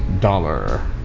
dollar